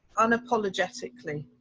unapologetically,